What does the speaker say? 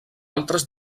altres